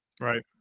right